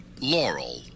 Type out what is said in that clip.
Laurel